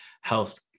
health